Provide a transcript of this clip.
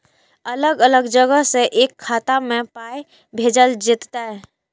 अलग अलग जगह से एक खाता मे पाय भैजल जेततै?